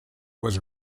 was